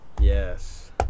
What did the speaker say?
Yes